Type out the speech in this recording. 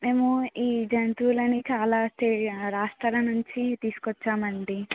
మేము ఈ జంతువులని చాలా స్టే రాష్ట్రాల నుంచి తీసుకొచ్చామండి